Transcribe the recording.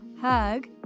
hug